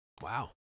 Wow